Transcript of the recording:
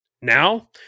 Now